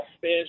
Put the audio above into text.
fish